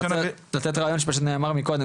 אבל אני רוצה לתת רעיון שנאמר כאן קודם.